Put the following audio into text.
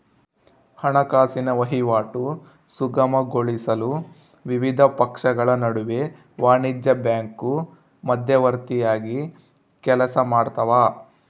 ಹಣಕಾಸಿನ ವಹಿವಾಟು ಸುಗಮಗೊಳಿಸಲು ವಿವಿಧ ಪಕ್ಷಗಳ ನಡುವೆ ವಾಣಿಜ್ಯ ಬ್ಯಾಂಕು ಮಧ್ಯವರ್ತಿಯಾಗಿ ಕೆಲಸಮಾಡ್ತವ